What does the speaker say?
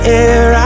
air